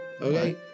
okay